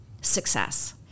success